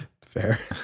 Fair